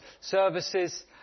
services